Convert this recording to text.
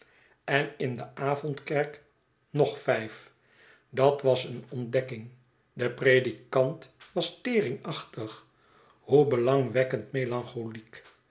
en in de avondkerk nog vijf dat was een ontdekking de predikant was teringachtig hoe belangwekkend melancholiek